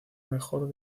mejor